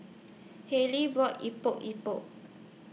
Hallie bought Epok Epok